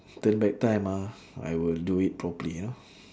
turn back time ah I will do it properly you know